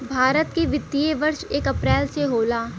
भारत के वित्तीय वर्ष एक अप्रैल से होला